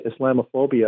Islamophobia